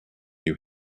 new